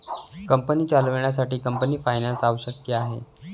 company चालवण्यासाठी company finance आवश्यक आहे